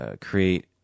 create